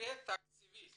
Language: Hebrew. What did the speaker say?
מתווה תקציבי